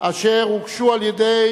אשר הוגשו על-ידי